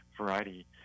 variety